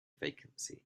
vacancy